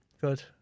Good